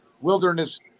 wilderness